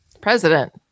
president